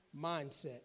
mindset